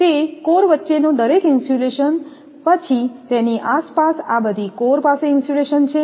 તે કોર વચ્ચેનો દરેક ઇન્સ્યુલેશન પછી તેની આસપાસ આ બધી કોર પાસે ઇન્સ્યુલેશન છે